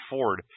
Ford